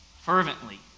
fervently